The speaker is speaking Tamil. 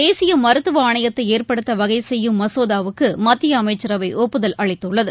தேசிய மருத்துவ ஆணையத்தை ஏற்படுத்த வகை செய்யும் மசோதாவுக்கு மத்திய அமைச்சரவை ஒப்புதல் அளித்துள்ளது